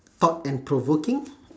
thought and provoking